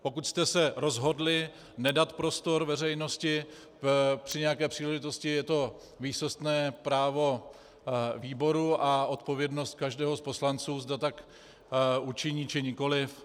Pokud jste se rozhodli nedat prostor veřejnosti při nějaké příležitosti, je to výsostné právo výboru a odpovědnost každého z poslanců, zda tak učiní, či nikoli.